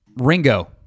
Ringo